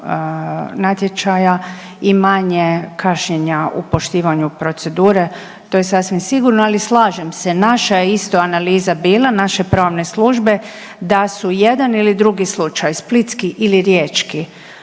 natječaja i manje kašnjenja u poštivanju procedure, to je sasvim sigurno. Ali slažem se naša je isto analiza bila, naše pravne službe da su jedan ili drugi slučaj splitski ili riječki